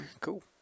Cool